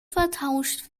vertauscht